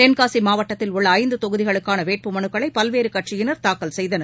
தென்காசிமாவட்டத்தில் உள்ளஐந்தொகுதிகளுக்கானவேட்பு மனுக்களைபல்வேறுகட்சியினர் தாக்கல் செய்தனர்